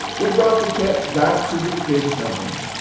we brought the catch back to the fish company.